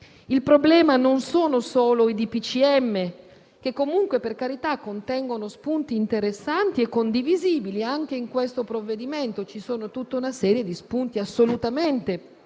Il problema non sono solo i DPCM, che comunque, per carità, contengono spunti interessanti e condivisibili. Anche in questo provvedimento c'è tutta una serie di spunti assolutamente condivisibili